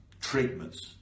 treatments